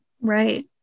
Right